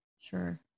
Sure